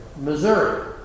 Missouri